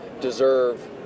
deserve